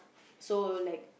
so like